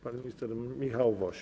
Pan minister Michał Woś.